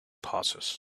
pauses